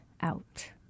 out